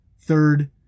Third